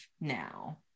now